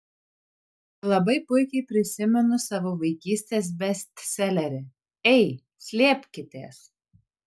labai puikiai prisimenu savo vaikystės bestselerį ei slėpkitės